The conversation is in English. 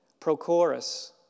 Prochorus